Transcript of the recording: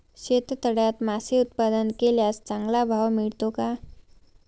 शेततळ्यात मासे उत्पादन केल्यास चांगला भाव मिळतो का?